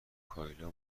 کایلا